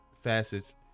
facets